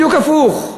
בדיוק הפוך.